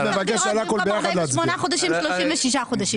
בזה הסתיימו ההסתייגויות של יש עתיד.